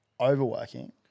overworking